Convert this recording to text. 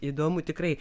įdomu tikrai